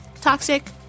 toxic